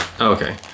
okay